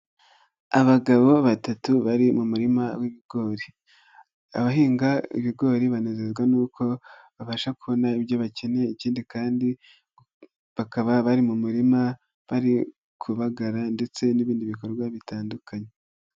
Abagabo batatu bari mu murima w'ibigori, abahinga ibigori banezezwa n'uko babasha kubona ibyo bakeneye ikindi kandi bakaba bari mu murima bari kubagara ndetse n'ibindi bikorwa bitandukanye.